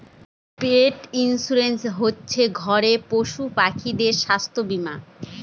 পেট insurance হচ্ছে ঘরের পশুপাখিদের স্বাস্থ্য বীমা